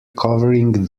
covering